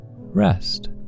rest